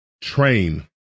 train